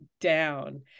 down